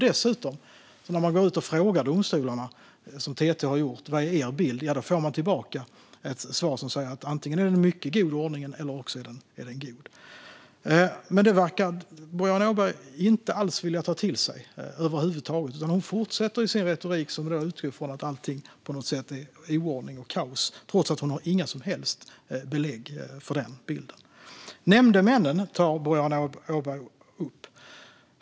Dessutom: När man går ut och frågar domstolarna vad deras bild är, som TT har gjort, får man svaret att ordningen är antingen mycket god eller god. Det här verkar Boriana Åberg inte alls vilja ta till sig, utan hon fortsätter med sin retorik som utgår från att allt är oordning och kaos trots att hon inte har några som helst belägg för den bilden. Nämndemännen tar Boriana Åberg upp.